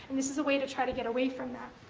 this is a way to try to get away from that.